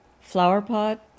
flowerpot